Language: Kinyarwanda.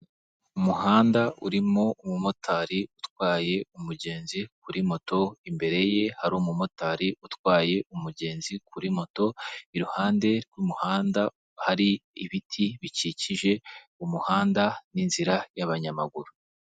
Umuhanda urimo umumotari utwaye umugenzi kuri moto, imbere ye hari umumotari utwaye umugenzi kuri moto, iruhande rw'umuhanda hari ibiti bikikije umuhanda n'inzira y'abanyamaguru.